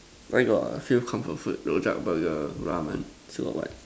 where got few comfort food rojak Burger ramen still got what